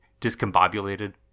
discombobulated